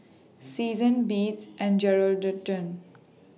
Seasons Beats and Geraldton